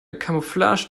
camouflage